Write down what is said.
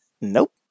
Nope